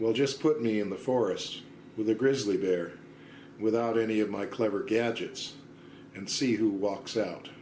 well just put me in the forest with a grizzly bear without any of my clever gadgets and see who walks out